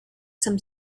some